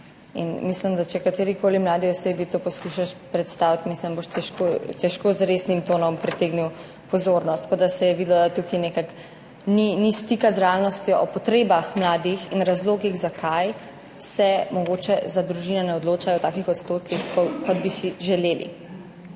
In mislim, da če poskušaš katerikoli mladi osebi to predstaviti, mislim, da boš težko z resnim tonom pritegnil pozornost, tako da se je videlo, da tukaj nekako ni stika z realnostjo o potrebah mladih in razlogih, zakaj se mogoče za družine ne odločajo v takih odstotkih, kot bi si želeli.